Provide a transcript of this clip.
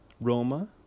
Roma